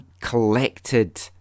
collected